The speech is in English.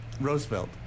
Roosevelt